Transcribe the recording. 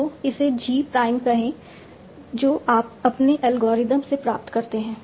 तो इसे G Prime कहें जो आप अपने एल्गोरिथ्म से प्राप्त करते हैं